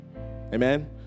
Amen